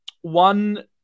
one